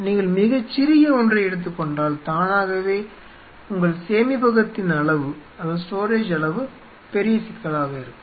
நீங்கள் மிகச் சிறிய ஒன்றை எடுத்துக் கொண்டால் தானாகவே உங்கள் சேமிப்பகத்தின் அளவு பெரிய சிக்கலாக இருக்கும்